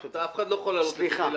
אף אחד לא יכול להעלות את זה בלעדיך.